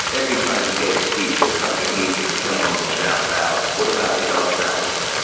every time he gave a speech at public meetings, someone would shout out, what about the dardanelles?